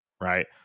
right